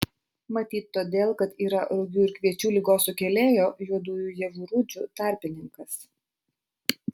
matyt todėl kad yra rugių ir kviečių ligos sukėlėjo juodųjų javų rūdžių tarpininkas